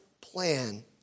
plan